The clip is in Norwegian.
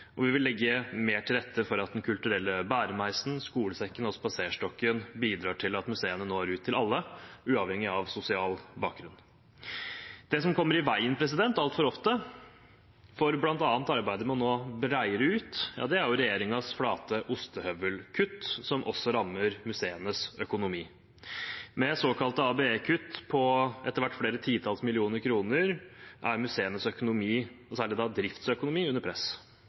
og vi vil legge mer til rette for at Den kulturelle bæremeisen, skolesekken og spaserstokken bidrar til at museene når ut til alle, uavhengig av sosial bakgrunn. Det som altfor ofte kommer i veien for bl.a. arbeidet med å nå bredere ut, er regjeringens flate ostehøvelkutt, som også rammer museenes økonomi. Med såkalte ABE-kutt på etter hvert flere titalls millioner kroner er museenes økonomi, og særlig da driftsøkonomi, under press.